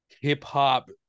hip-hop